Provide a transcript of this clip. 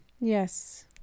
Yes